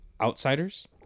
Outsiders